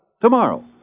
Tomorrow